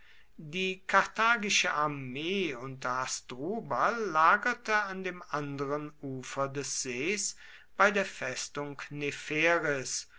die karthagische armee unter hasdrubal lagerte an dem andern ufer des sees bei der festung